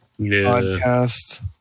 podcast